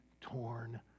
torn